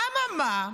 אממה,